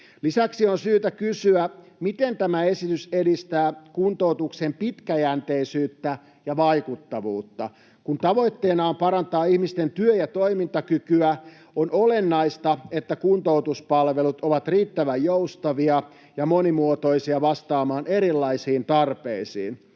Lisäksi on syytä kysyä, miten tämä esitys edistää kuntoutuksen pitkäjänteisyyttä ja vaikuttavuutta. Kun tavoitteena on parantaa ihmisten työ- ja toimintakykyä, on olennaista, että kuntoutuspalvelut ovat riittävän joustavia ja monimuotoisia vastaamaan erilaisiin tarpeisiin.